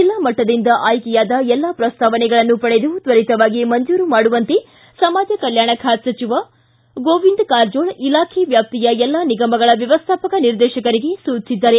ಜಿಲ್ಲಾ ಮಟ್ಟದಿಂದ ಆಯ್ಕೆಯಾದ ಎಲ್ಲಾ ಪ್ರಸ್ತಾವನೆಗಳನ್ನು ಪಡೆದು ತ್ವರಿತವಾಗಿ ಮಂಜೂರು ಮಾಡುವಂತೆ ಸಮಾಜ ಕಲ್ಲಾಣ ಖಾತೆ ಸಚಿವ ಗೋವಿಂದ ಕಾರಜೋಳ ಇಲಾಖೆ ವ್ಯಾಪ್ತಿಯ ಎಲ್ಲಾ ನಿಗಮಗಳ ವ್ಯವಸ್ಥಾಪಕ ನಿರ್ದೇಶಕರಿಗೆ ಸೂಚಿಸಿದ್ದಾರೆ